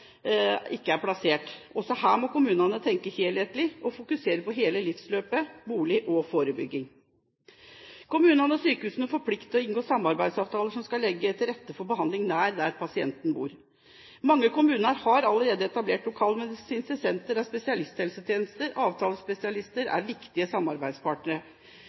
ikke er plassert. Også her må kommunene tenke helhetlig og fokusere på hele livsløpet, på bolig og forebygging. Kommunene og sykehusene får plikt til å inngå samarbeidsavtaler som skal legge til rette for behandling nær der pasienten bor. Mange kommuner har allerede etablert lokalmedisinske senter der spesialisthelsetjenesten og avtalespesialister er viktige samarbeidspartnere.